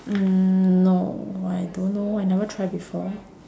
mm no I don't know I never try before